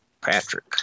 Patrick